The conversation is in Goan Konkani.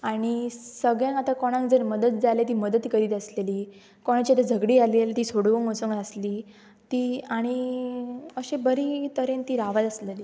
आनी सगळ्यांक आतां कोणाक जर मदत जाय आले ती मदत करीत आसलेली कोणाची जर झगडी जली जाल्यार ती सोडवंक वचूंक नसली ती आनी अशें बरी तरेन ती रावत आसलेली